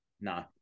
No